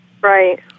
Right